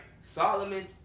Solomon